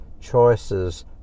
Choices